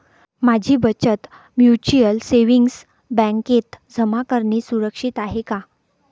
माझी बचत mutual savings बँकेत जमा करणे सुरक्षित आहे का